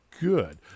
good